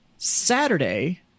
Saturday